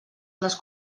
les